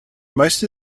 most